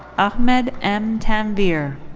ahmed m tanveer.